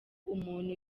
umuntu